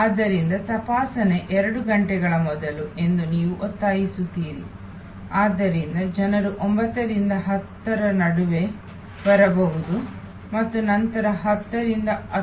ಆದ್ದರಿಂದ ತಪಾಸಣೆ ಎರಡು ಗಂಟೆಗಳ ಮೊದಲು ಎಂದು ನೀವು ಒತ್ತಾಯಿಸುತ್ತೀರಿ ಆದ್ದರಿಂದ ಜನರು 9 ರಿಂದ 10 ರ ನಡುವೆ ಬರಬಹುದು ಮತ್ತು ನಂತರ ಅವರು 10 ರಿಂದ 10